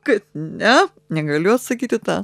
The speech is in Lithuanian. kad ne negaliu sakyt į tą